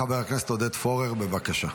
חבר הכנסת עודד פורר, בבקשה.